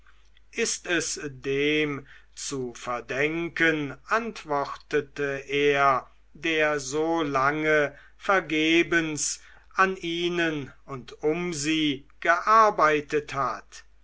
ist es dem zu verdenken antwortete er der so lange vergebens an ihnen und um sie gearbeitet hat